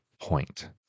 point